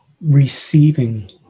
receiving